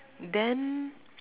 then